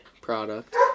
product